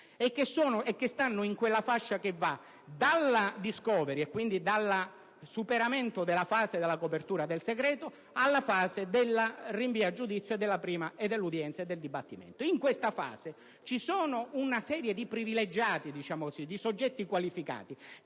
e che stanno nella fascia che va dalla *discovery* - e quindi dal superamento della fase della copertura del segreto - alla fase del rinvio a giudizio, dell'udienza e del dibattimento. In questa fase c'è una serie di privilegiati, di soggetti qualificati